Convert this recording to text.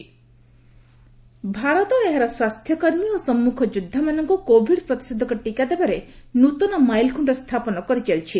Covid status Bharat ଏହାର ସ୍ୱାସ୍ଥ୍ୟକର୍ମୀ ଓ ସମ୍ମୁଖ ଯୋଦ୍ଧାମାନଙ୍କୁ କୋଭିଡ୍ ପ୍ରତିଷେଧକ ଟିକା ଦେବାରେ ନୃତନ ମାଇଲ୍ଖୁଙ୍କ ସ୍ଥାପନ କରିଚାଲିଛି